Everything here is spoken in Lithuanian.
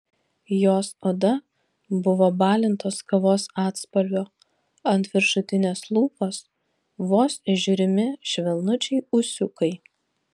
jos oda buvo balintos kavos atspalvio ant viršutinės lūpos vos įžiūrimi švelnučiai ūsiukai